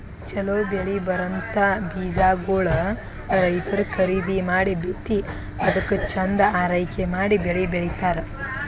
ಛಲೋ ಬೆಳಿ ಬರಂಥ ಬೀಜಾಗೋಳ್ ರೈತರ್ ಖರೀದಿ ಮಾಡಿ ಬಿತ್ತಿ ಅದ್ಕ ಚಂದ್ ಆರೈಕೆ ಮಾಡಿ ಬೆಳಿ ಬೆಳಿತಾರ್